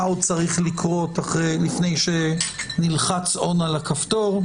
מה עוד צריך לקרות לפני שנלחץ On על הכפתור.